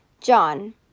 John